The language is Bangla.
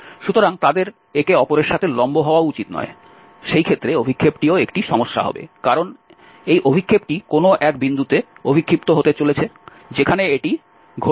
সুতরাং তাদের একে অপরের সাথে লম্ব হওয়া উচিত নয় সেই ক্ষেত্রে অভিক্ষেপটিও একটি সমস্যা হবে কারণ এই অভিক্ষেপটি কোনও এক বিন্দুতে অভিক্ষিপ্ত হতে চলেছে যেখানে এটি ঘটছে